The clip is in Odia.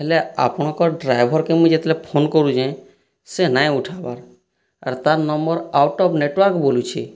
ହେଲେ ଆପଣଙ୍କର ଡ୍ରାଇଭର କେ ମୁଇଁ ଯେତେବେଳେ ଫୋନ କରୁଛେ ସେ ନାଇଁ ଉଠାବାର ଆର ତାର ନମ୍ବର ଆଉଟ ଅଫ୍ ନେଟୱାର୍କ୍ ବୁଲୁଛି